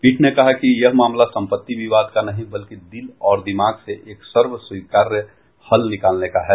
पीठ ने कहा कि यह मामला सम्पत्ति विवाद का नहीं बल्कि दिल और दिमाग से एक सर्व स्वीकार्य हल निकालने का है